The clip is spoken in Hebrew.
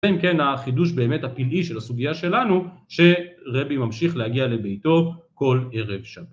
זה אם כן החידוש באמת הפילאי של הסוגיה שלנו, שרבי ממשיך להגיע לביתו כל ערב שבת.